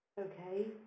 Okay